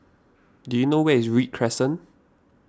do you know where is Read Crescent